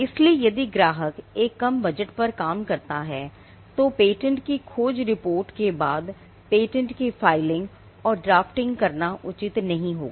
इसलिए यदि ग्राहक एक कम बजट पर काम करता है तो पेटेंट की खोज रिपोर्ट के बाद पेटेंट की फाइलिंग और ड्राफ्टिंग करना उचित नहीं होगा